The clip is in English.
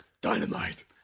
Dynamite